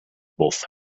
both